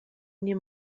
nie